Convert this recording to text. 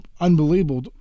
unbelievable